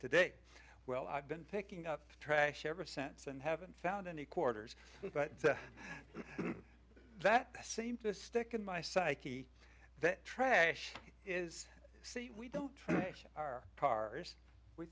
today well i've been picking up trash ever since and haven't found any quarters but that seemed to stick in my psyche that trash is see we don't trash our cars we